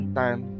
time